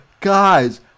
guys